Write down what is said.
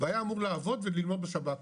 והיה אמור לעבוד וללמוד בשב"כ